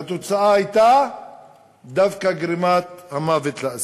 והתוצאה הייתה דווקא גרימת המוות לאסיר.